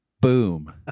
Boom